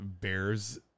Bears